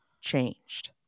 changed